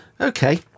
Okay